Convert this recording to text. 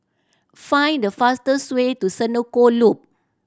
find the fastest way to Senoko Loop